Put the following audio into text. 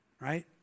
right